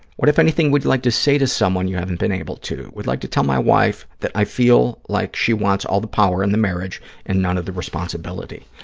what, if anything, would you like to say to someone you haven't been able to? i'd like to tell my wife that i feel like she wants all the power in the marriage and none of the responsibility.